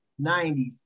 90s